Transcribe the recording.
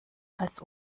als